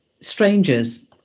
strangers